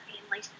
family